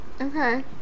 Okay